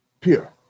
Pure